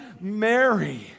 Mary